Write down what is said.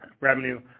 revenue